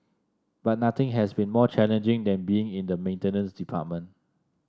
but nothing has been more challenging than being in the maintenance department